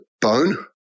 bone